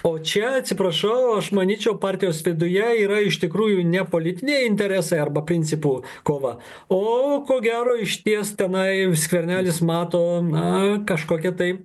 o čia atsiprašau aš manyčiau partijos viduje yra iš tikrųjų ne politiniai interesai arba principų kova o ko gero išties tenai skvernelis mato na kažkokią tai